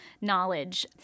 knowledge